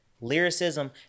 lyricism